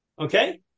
Okay